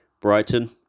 Brighton